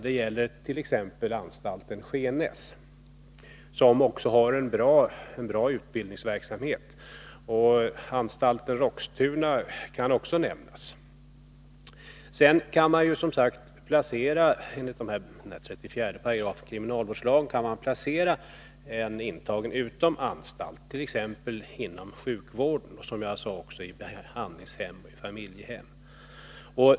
Det gäller t.ex. anstalten Skenäs, som också har en bra utbildningsverksamhet. Anstalten Roxtuna kan också nämnas. Sedan kan man enligt 34 § kriminalvårdslagen placera en intagen utom anstalt, t.ex. inom sjukvården och i behandlingshem eller familjehem.